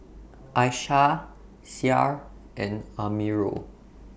Aishah Syah and Amirul